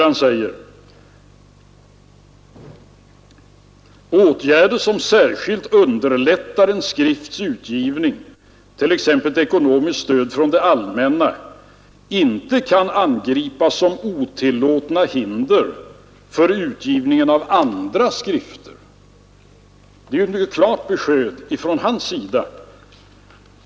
Han säger att ”åtgärder som särskilt underlättar en skrifts utgivning, t.ex. ekonomiskt stöd från det allmänna inte kan angripas såsom otillåtna hinder för utgivningen av andra skrifter”. Det är ju ett mycket klart besked från hans sida.